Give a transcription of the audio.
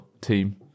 team